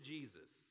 Jesus